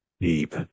deep